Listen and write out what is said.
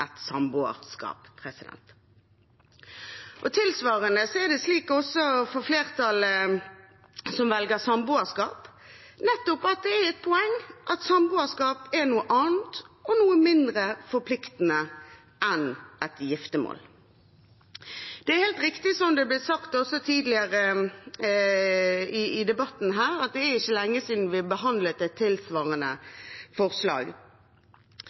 et samboerskap. Tilsvarende er det slik også for flertallet av dem som velger samboerskap, at det er et poeng at samboerskap er noe annet og noe mindre forpliktende enn et giftermål. Det er helt riktig, som det ble sagt også tidligere i debatten her, at det ikke er lenge siden vi behandlet et tilsvarende forslag.